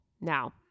Now